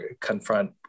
confront